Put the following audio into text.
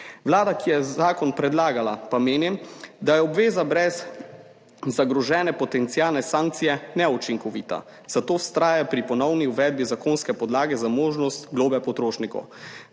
Vlada, ki je zakon predlagala pa meni, da je obveza brez zagrožene potencialne sankcije neučinkovita, zato vztraja pri ponovni uvedbi zakonske podlage za možnost globe potrošnikov.